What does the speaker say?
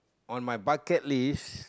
on my bucket list